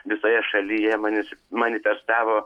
visoje šalyje manis manifestavo